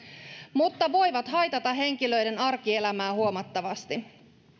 mutta voivat haitata henkilöiden arkielämää huomattavasti